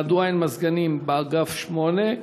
מדוע אין מזגנים באגף 8?